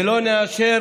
ולא נאשר